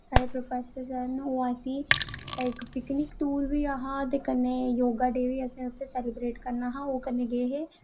साढ़े professor sir न ओआई सी इक पिकनिक टूर बी ऐहा कन्नै इक योगा डे बी असें उत्थै सैलीब्रेट करना हा ओह् करने ई गे हे